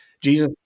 Jesus